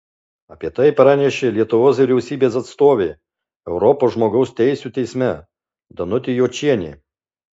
apie tai pranešė lietuvos vyriausybės atstovė europos žmogaus teisių teisme danutė jočienė